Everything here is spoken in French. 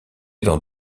dans